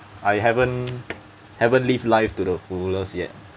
I haven't haven't live life to the fullest yet